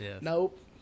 nope